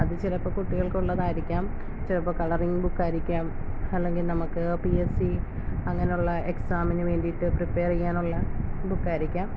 അത് ചിലപ്പം കുട്ടികൾക്കുള്ളതായിരിക്കാം ചിലപ്പം കളറിങ് ബുക്കായിരിക്കാം അല്ലെങ്കിൽ നമുക്ക് പി എസ് സി അങ്ങനുള്ള എക്സാമിന് വേണ്ടിട്ട് പ്രീപ്പയറ് ചെയ്യാനുള്ള ബുക്കായിരിയ്ക്കാം